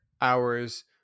hours